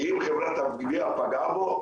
ואם חברת הגבייה פגעה בו,